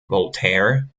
voltaire